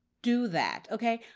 do that. okay?